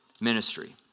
ministry